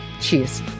Cheers